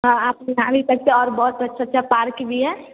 हाँ आप नहा भी सकते हैं और बहुत अच्छा अच्छा पार्क भी है